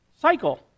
cycle